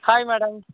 hi madam